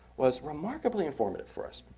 was remarkably informative for us.